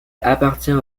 appartient